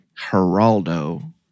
Geraldo